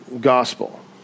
gospel